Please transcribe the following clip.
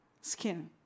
skin